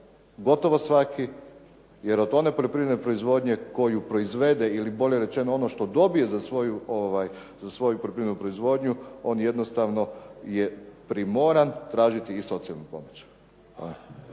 gotovo svaki, jer od one poljoprivredne proizvodnje koju proizvede, ili bolje rečeno ono što dobije za svoju poljoprivrednu proizvodnju on jednostavno je primoran tražiti i socijalnu pomoć.